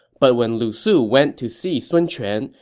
but when lu su went to see sun quan,